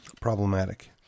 problematic